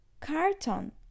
Carton